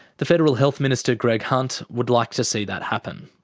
the federal health minister greg hunt would like to see that happen.